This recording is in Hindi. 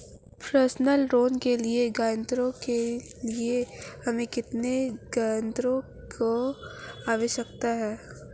पर्सनल लोंन के लिए आवेदन करने के लिए हमें कितने गारंटरों की आवश्यकता है?